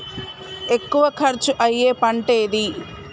ఎక్కువ ఖర్చు అయ్యే పంటేది?